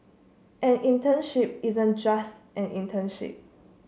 an internship isn't just an internship